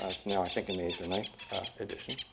it's now i think in the eighth or ninth edition.